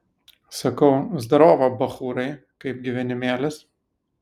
sakau zdarova bachūrai kaip gyvenimėlis